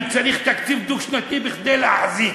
אני צריך תקציב דו-שנתי כדי להחזיק.